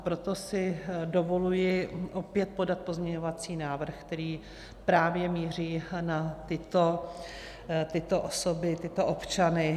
Proto si dovoluji opět podat pozměňovací návrh, který právě míří na tyto osoby, tyto občany.